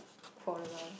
for awhile